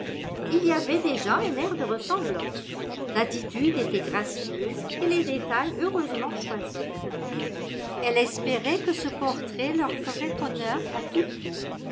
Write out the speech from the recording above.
il y avait déjà un air de ressemblance l'attitude était gracieuse et les détails heureusement choisis elle espérait que ce portrait leur ferait honneur à toutes deux